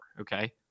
okay